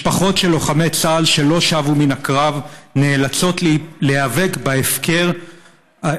משפחות של לוחמי צה"ל שלא שבו מן הקרב נאלצות להיאבק בהפקר הממשלתי,